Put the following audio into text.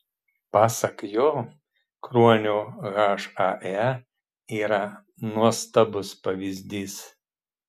pasak jo kruonio hae yra nuostabus pavyzdys